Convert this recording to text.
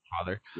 father